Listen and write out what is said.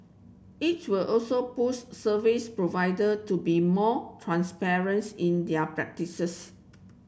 it will also push service provider to be more transparents in their practices